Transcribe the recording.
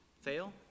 fail